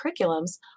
curriculums